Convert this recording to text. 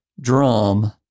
drum